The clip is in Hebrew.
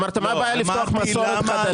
אמרת מה הבעיה לפתוח מסורת חדשה.